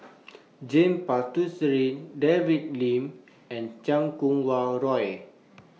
James Puthucheary David Lim and Chan Kum Wah Roy